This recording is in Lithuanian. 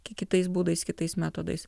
kiek kitais būdais kitais metodais